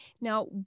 Now